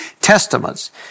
Testaments